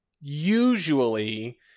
Usually